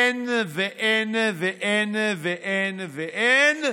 אין ואין ואין ואין ואין,